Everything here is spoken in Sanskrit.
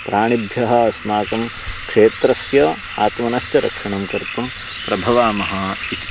प्राणिभ्यः अस्माकं क्षेत्रस्य आत्मनः च रक्षणं कर्तुं प्रभवामः इति